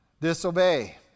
disobey